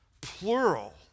plural